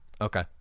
okay